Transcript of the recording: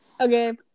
Okay